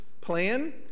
plan